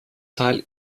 teil